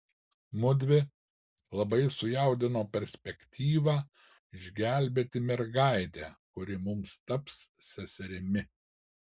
mudvi labai sujaudino perspektyva išgelbėti mergaitę kuri mums taps seserimi